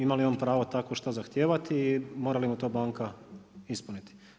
Ima li on pravo takvo šta zahtijevati i mora li mu to banka ispuniti.